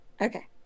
Okay